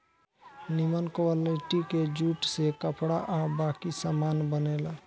निमन क्वालिटी के जूट से कपड़ा आ बाकी सामान बनेला